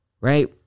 Right